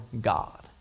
God